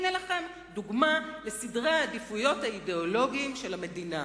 הנה לכם דוגמה לסדרי העדיפויות האידיאולוגיים של המדינה,